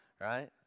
right